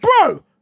bro